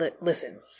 Listen